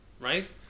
right